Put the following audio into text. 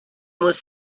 was